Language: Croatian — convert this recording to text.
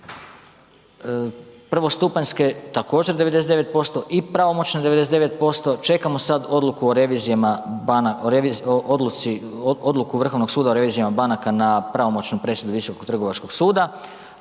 Prvostupanjske također 99% i pravomoćne 99%, čekamo sad odluku o revizijama banaka o odluci, odluku Vrhovnog suda o revizijama banaka na pravomoćnu presudu Visokog trgovačkog suda.